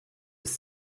ist